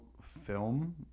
film